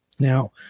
Now